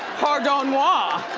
pardon moi!